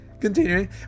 Continuing